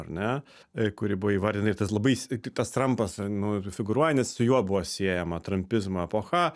ar ne kuri buvo įvardinta ir tas labai tas trampas nu ir figūruoja nes su juo buvo siejama trampizmo epocha